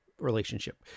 relationship